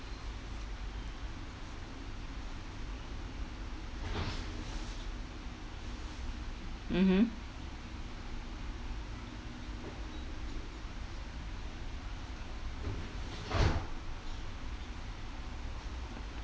mmhmm